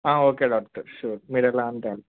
okay doctor sure మీరు ఎలా అంటే అలా